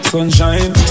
Sunshine